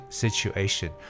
situation